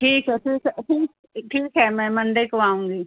ठीक है ठीक है मैं मंडे को आऊँगी